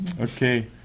Okay